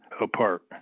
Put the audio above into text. apart